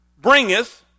bringeth